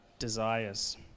desires